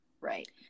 Right